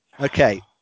Okay